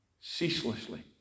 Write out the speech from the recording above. ceaselessly